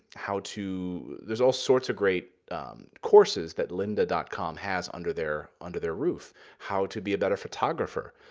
how to there's all sorts of great courses that lynda dot com has under their under their roof how to be a better photographer.